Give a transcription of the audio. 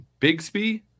Bigsby